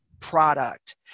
product